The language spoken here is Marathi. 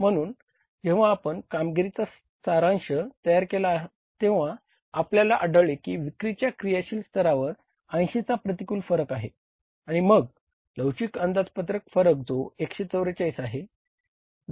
म्हणून जेव्हा आपण कामगिरीचा सारांश तयार केला तेव्हा आपल्याला आढळले की विक्रीच्या क्रियाशील स्तरावर 80 चा प्रतिकूल फरक आहे आणि मग लवचिक अंदाजपत्रक फरक जो 144 आहे